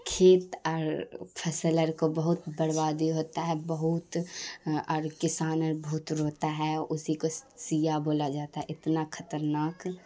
کھیت اور فصلر کو بہت بربادی ہوتا ہے بہت اور کسان بہت روتا ہے اسی کو سیا بولا جاتا ہے اتنا خطرناک